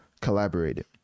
collaborated